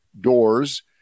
doors